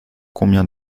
combien